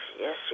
Yes